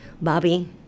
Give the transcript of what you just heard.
Bobby